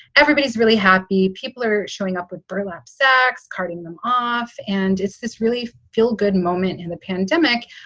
everybody is really happy. people are showing up with burlap sacks, carting them off. and it's this really feel good moment in the pandemic.